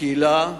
הקהילה וההורים,